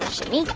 shimmy,